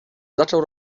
zaczął